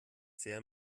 sehr